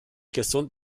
gesund